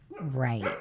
right